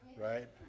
right